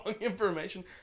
information